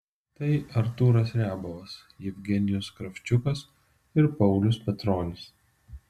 tai artūras riabovas jevgenijus kravčiukas ir paulius petronis